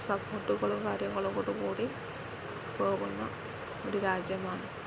സപ്പോർട്ടുകളും കാര്യങ്ങളുംകൂടെ കൂടി പോകുന്ന ഒരു രാജ്യമാണ്